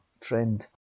trend